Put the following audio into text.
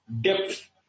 depth